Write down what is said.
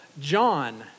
John